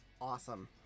awesome